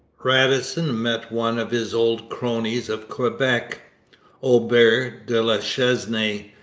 radisson met one of his old cronies of quebec aubert de la chesnaye,